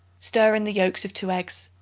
stir in the yolks of two eggs.